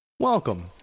Welcome